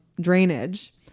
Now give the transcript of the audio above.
drainage